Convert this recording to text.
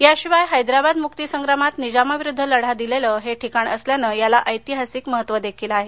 याशिवाय हैदराबाद मुक्ती संग्रामात निजामाविरुद्ध लढा दिलेले हे ठिकाण असल्यानं त्याला ऐतिहासिक महत्त्व देखील आहे